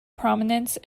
prominence